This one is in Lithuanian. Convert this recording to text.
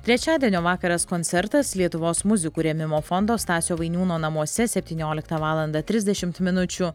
trečiadienio vakaras koncertas lietuvos muzikų rėmimo fondo stasio vainiūno namuose septynioliktą valandą trisdešimt minučių